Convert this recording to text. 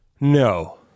No